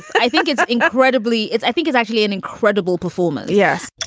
i think it's incredibly it's i think it's actually an incredible performance. yes